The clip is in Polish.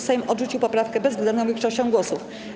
Sejm odrzucił poprawkę bezwzględną większością głosów.